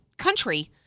country